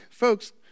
Folks